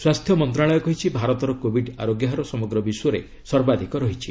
ସ୍ୱାସ୍ଥ୍ୟ ମନ୍ତ୍ରଣାଳୟ କହିଛି ଭାରତର କୋବିଡ୍ ଆରୋଗ୍ୟହାର ସମଗ୍ର ବିଶ୍ୱରେ ସର୍ବାଧିକ ରହିଛି